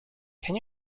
can